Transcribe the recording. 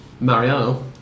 Mariano